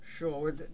Sure